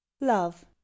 Love